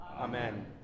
Amen